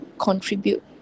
contribute